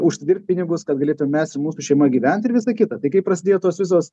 užsidirbt pinigus kad galėtų ir mes ir mūsų šeima gyvent ir visa kita tai kai prasidėjo tos visos